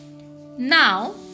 Now